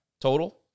total